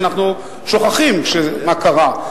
שאנחנו שוכחים מה קרה.